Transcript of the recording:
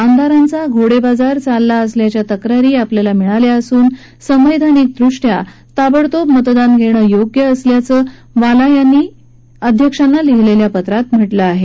आमदारांचा घोडे बाजार चालला असल्याच्या तक्रारी आपल्याला मिळाल्या असून संवैधानिक दृष्ट्या ताबडतोब मतदान घेणं योग्य असल्याचं वाला यांनी लिहिलेल्या पत्रात म्हटलं आहे